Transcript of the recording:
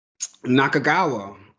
Nakagawa